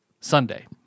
Sunday